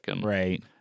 Right